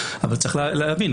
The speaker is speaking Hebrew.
אבל צריך להבין,